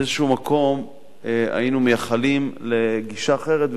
באיזה מקום היינו מייחלים לגישה אחרת,